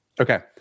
Okay